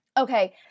Okay